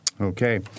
Okay